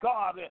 God